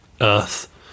earth